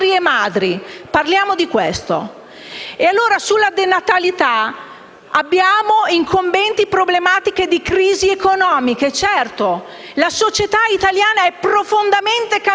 Parliamo di questo. E allora sulla denatalità abbiamo incombenti problematiche di crisi economica. Certo, la società italiana è profondamente cambiata